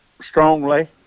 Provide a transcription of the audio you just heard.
strongly